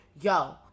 yo